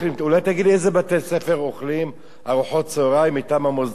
אולי תגיד לי באיזה בתי-ספר אוכלים ארוחת צהריים מטעם המוסדות?